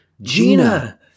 Gina